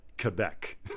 quebec